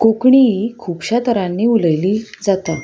कोंकणी ही खुबश्या तरांनी उलयली जाता